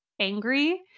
angry